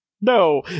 No